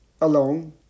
alone